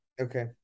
okay